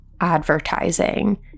advertising